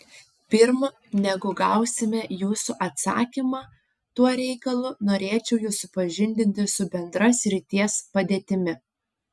pirm negu gausime jūsų atsakymą tuo reikalu norėčiau jus supažindinti su bendra srities padėtimi